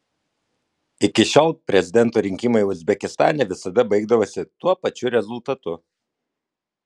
iki šiol prezidento rinkimai uzbekistane visada baigdavosi tuo pačiu rezultatu